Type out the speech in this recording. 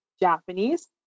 Japanese